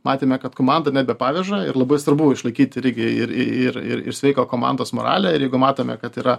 matėme kad komanda nebepaveža ir labai svarbu išlaikyti irgi ir ir ir sveiką komandos moralę ir jeigu matome kad yra